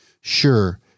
Sure